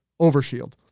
Overshield